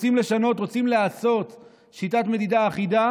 רוצים לשנות, רוצים לעשות שיטת מדידה אחידה?